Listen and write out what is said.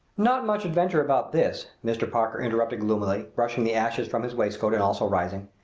not much adventure about this, mr. parker interrupted gloomily, brushing the ashes from his waistcoat and also rising.